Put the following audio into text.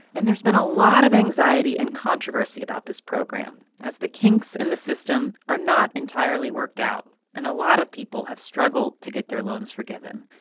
and there's been a lot of anxiety and controversy about this program, as the kinks in the system are not entirely worked out and a lot of people have struggled to get their loans forgiven.